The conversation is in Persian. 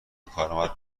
کارآمد